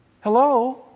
Hello